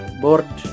board